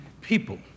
people